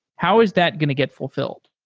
how is that going to get fulfilled?